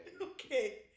Okay